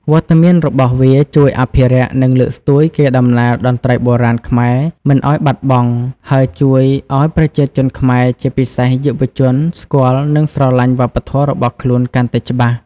វត្តមានរបស់វាជួយអភិរក្ស និងលើកស្ទួយកេរដំណែលតន្ត្រីបុរាណខ្មែរមិនឱ្យបាត់បង់ ហើយជួយឱ្យប្រជាជនខ្មែរជាពិសេសយុវជនស្គាល់ និងស្រឡាញ់វប្បធម៌របស់ខ្លួនកាន់តែច្បាស់។